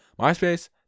MySpace